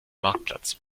marktplatz